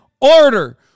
order